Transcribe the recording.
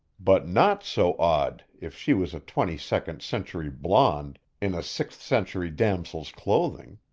but not so odd if she was a twenty-second century blonde in a sixth-century damosel's clothing.